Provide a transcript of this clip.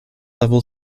level